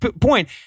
point